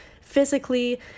physically